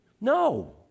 No